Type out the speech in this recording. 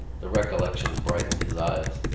the recollection brightened his eyes.